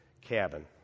cabin